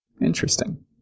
Interesting